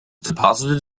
deposited